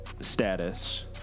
status